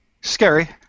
scary